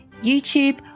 YouTube